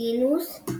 קונסטנטינוס